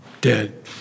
dead